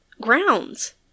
grounds